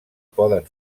poden